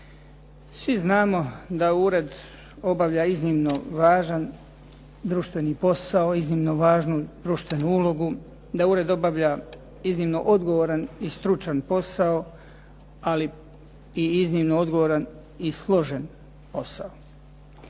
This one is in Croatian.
Svi znamo da ured obavlja iznimno važan društveni posao, iznimno važnu društvenu ulogu, da ured obavlja iznimno odgovoran i stručan posao, ali i iznimno odgovoran i složen posao.